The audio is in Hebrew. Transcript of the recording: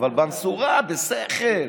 אבל במשורה, בשכל,